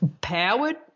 powered